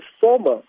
former